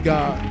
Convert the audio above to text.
God